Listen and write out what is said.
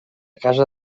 casa